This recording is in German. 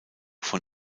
von